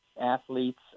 athletes